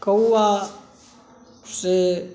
कौआ से